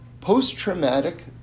post-traumatic